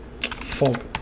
fog